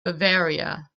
bavaria